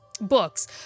books